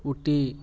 उटी